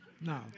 No